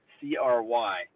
c-r-y